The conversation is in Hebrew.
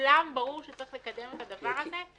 לכולם ברור שצריך לקדם את הדבר הזה,